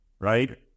Right